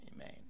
amen